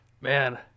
man